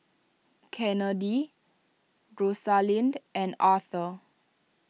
Kennedi Rosalind and Arther